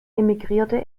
emigrierte